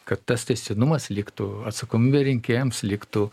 kad tas tęstinumas liktų atsakomybė rinkėjams liktų